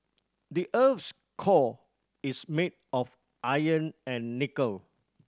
the earth's core is made of iron and nickel